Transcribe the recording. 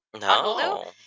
no